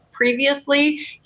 Previously